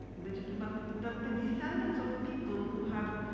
like but the the descendants of people who have